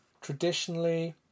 traditionally